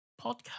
Podcast